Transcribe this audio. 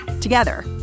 Together